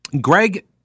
Greg